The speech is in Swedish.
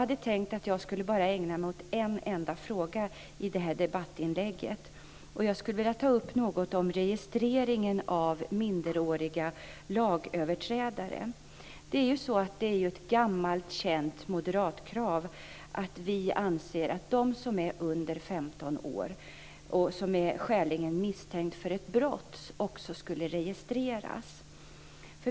Jag tänkte ägna mig åt en enda fråga i mitt debattinlägg, och jag skulle vilja ta upp registreringen av minderåriga lagöverträdare. Det är ett gammalt känt moderatkrav att de som är under 15 år och som är skäligen misstänkta för ett brott ska registreras.